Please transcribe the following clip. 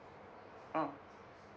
orh